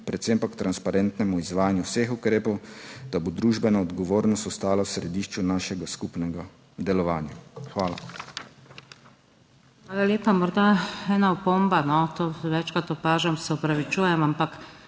predvsem pa k transparentnemu izvajanju vseh ukrepov, da bo družbena odgovornost ostala v središču našega skupnega delovanja. Hvala. PODPREDSEDNICA NATAŠA SUKIČ: Hvala lepa. Morda ena opomba, to večkrat opažam, se opravičujem, ampak,